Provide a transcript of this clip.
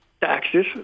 taxes